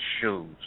shoes